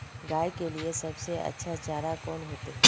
गाय के लिए सबसे अच्छा चारा कौन होते?